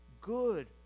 good